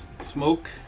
Smoke